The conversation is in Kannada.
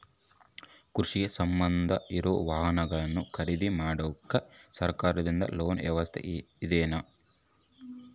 ಕೃಷಿಗೆ ಸಂಬಂಧ ಇರೊ ವಾಹನಗಳನ್ನು ಖರೇದಿ ಮಾಡಾಕ ಸರಕಾರದಿಂದ ಲೋನ್ ವ್ಯವಸ್ಥೆ ಇದೆನಾ?